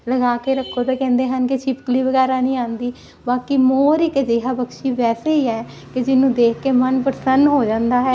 ਲਗਾ ਕੇ ਰੱਖੋ ਤਾਂ ਕਹਿੰਦੇ ਹਨ ਕਿ ਛਿਪਕਲੀ ਵਗੈਰਾ ਨਹੀਂ ਆਉਂਦੀ ਬਾਕੀ ਮੋਰ ਇੱਕ ਅਜਿਹਾ ਪੰਕਛੀ ਵੈਸੇ ਹੈ ਕੀ ਜਿਹਨੂੰ ਦੇਖ ਕੇ ਮਨ ਪ੍ਰਸੰਨ ਹੋ ਜਾਂਦਾ ਹੈ